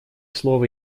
слово